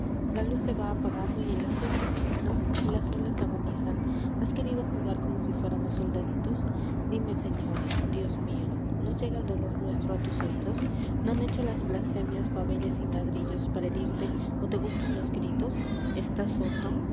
la luz se va apagando y el aceite divino las olas agonizan has querido jugar como si fuéramos soldaditos dime señor dios mió no llega el dolor nuestro a tus oidos no han hecho las blasfemias babeles sin ladrillos para herirte o te gustan los gritos estás sordo